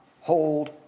hold